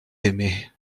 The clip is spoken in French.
aimé